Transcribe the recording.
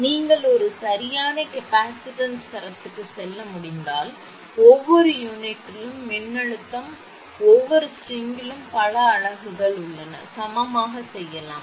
நீங்கள் ஒரு சரியான கெப்பாசிட்டன்ஸ் தரத்திற்கு செல்ல முடிந்தால் ஒவ்வொரு யூனிட்டிலும் மின்னழுத்தம் ஒவ்வொரு ஸ்ட்ரிங்கிலும் பல அலகுகள் உள்ளன சமமாக செய்யலாம்